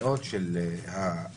מאות של מחלימים